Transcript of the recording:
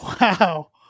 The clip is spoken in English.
Wow